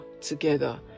together